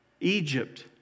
Egypt